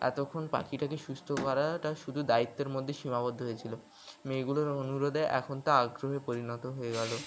এতক্ষণ পাখিটাকে সুস্থ করাটা শুধু দায়িত্বের মধ্যে সীমাবদ্ধ হয়েছিল মেয়েগুলোর অনুরোধে এখন তা আগ্রহে পরিণত হয়ে গেল